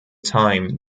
time